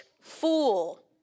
fool